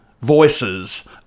voices